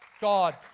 God